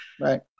right